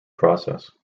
process